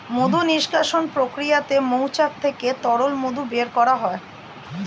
মধু নিষ্কাশণ প্রক্রিয়াতে মৌচাক থেকে তরল মধু বের করা হয়